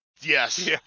Yes